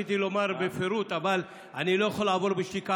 רציתי לומר בפירוט אבל אני לא יכול לעבור בשתיקה